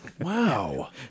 Wow